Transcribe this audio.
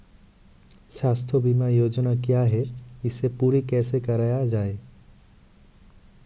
स्वास्थ्य बीमा योजना क्या है इसे पूरी कैसे कराया जाए?